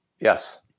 Yes